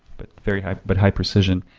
but very high but high precision.